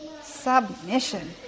submission